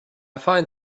find